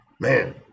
man